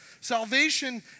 Salvation